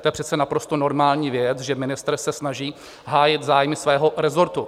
To je přece naprosto normální věc, že ministr se snaží hájit zájmy svého resortu.